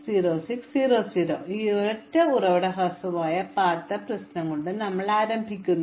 അതിനാൽ ഈ ഒരൊറ്റ ഉറവിട ഹ്രസ്വമായ പാത്ത് പ്രശ്നം കൊണ്ട് ഞങ്ങൾ ആരംഭിക്കും